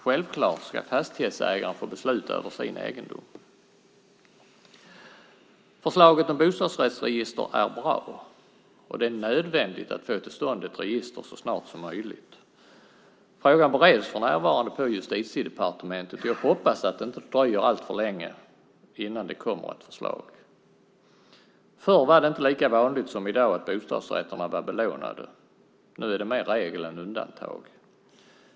Självklart ska fastighetsägaren få besluta över sin egendom. Förslaget om bostadsrättsregister är bra. Det är nödvändigt att få till stånd ett register så snart som möjligt. Frågan bereds för närvarande på Justitiedepartementet. Jag hoppas att det inte dröjer alltför länge innan det kommer ett förslag. Förr var det inte lika vanligt som i dag att bostadsrätterna var belånade; nu är det mer regel än undantag.